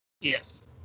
Yes